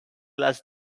less